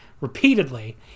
repeatedly